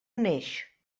neix